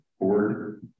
board